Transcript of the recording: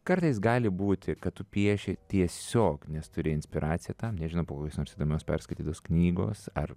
kartais gali būti kad tu pieši tiesiog nes turi inspiraciją tam nežinau po kokios nors įdomios perskaitytos knygos ar